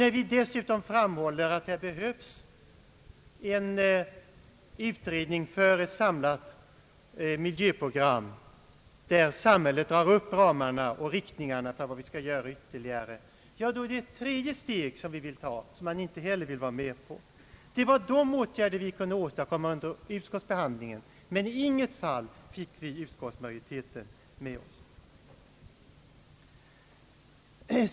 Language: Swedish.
När vi dessutom framhåller att det behövs en utredning för ett samlat miljöprogram, där samhället drar upp ramarna och riktlinjerna för vad som skall göras ytterligare, är det ytterligare ett steg som han inte heller vill vara med om. Det var sådana åtgärder vi kunde åstadkomma under utskottsbehandlingen, men i inget fall fick vi utskottsmajoriteten med oss.